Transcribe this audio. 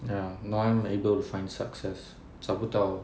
ya no one able to find success 找不到